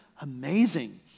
amazing